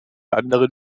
anderen